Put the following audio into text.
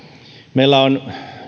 meillä on